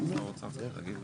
משרד האוצר צריך להגיב,